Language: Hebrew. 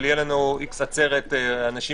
אבל יהיה לנו איקס נוסף של כל מיני אנשים